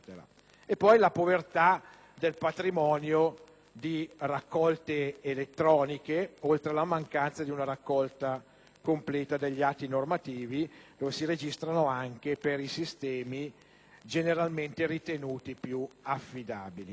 la povertà del patrimonio di raccolte elettroniche oltre alla mancanza di una raccolta completa degli atti normativi, che si registrano anche per i sistemi generalmente ritenuti più affidabili.